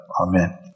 Amen